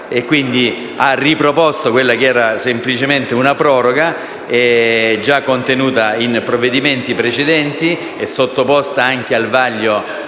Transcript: ha riproposto semplicemente una proroga, già contenuta in provvedimenti precedenti e sottoposta anche al vaglio